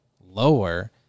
lower